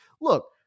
look